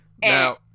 Now